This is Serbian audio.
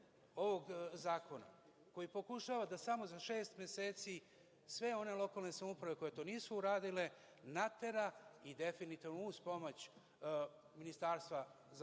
ovog zakona, koji pokušava da samo za šest meseci sve one lokalne samouprave koje to nisu uradile natera, i definitivno uz pomoć Ministarstva za